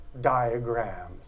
diagrams